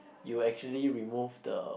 you will actually remove the